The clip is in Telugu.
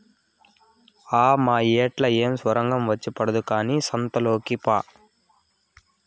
ఆ మాయేట్లా ఏమి సొరంగం వచ్చి పడదు కానీ సంతలోకి పా